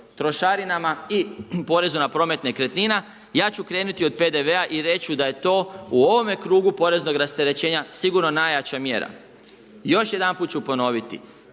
trošarinama i porezu na promet nekretnina. Ja ću krenuti od PDV i reći ću da je to u ovome krugu poreznog rasterećenja sigurno najjača mjera. Još jedanput ću ponoviti,